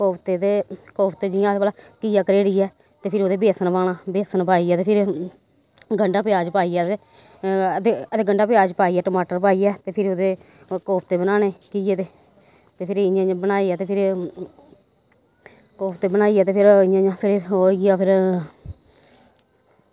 कोफते ते कोफते जि'यां अहें भला घीया घरेड़ियै ते फिर ओह्दे च बेसन पाना बेसन पाइयै ते फिर गंढा प्याज पाइयै ते ओह्दे गंढा प्याज पाइयै टमाटर पाइयै फिर ओह्दे कोफते बनाने घीये दे ते फिर इ'यां इ'यां बनाइयै ते फिर कोफते बनाइयै ते फिर इ'यां इ'यां फिरी ओह् होई गेआ फिर